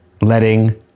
letting